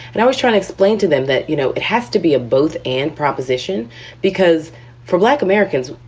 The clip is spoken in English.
and i was trying to explain to them that, you know, it has to be a both and proposition because for black americans,